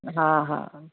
हा हा